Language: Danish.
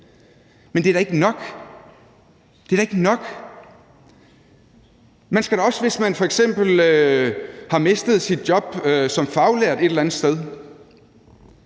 men det er da ikke nok; det er da ikke nok. Hvis man f.eks. har mistet sit job som faglært et eller andet sted